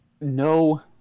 no